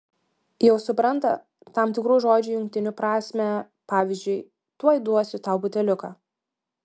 jau supranta tam tikrų žodžių jungtinių prasmę pavyzdžiui tuoj duosiu tau buteliuką